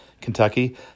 Kentucky